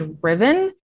driven